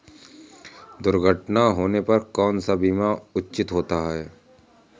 दुर्घटना होने पर कौन सा बीमा उचित होता है?